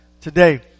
today